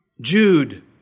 Jude